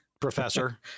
professor